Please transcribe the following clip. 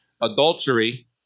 adultery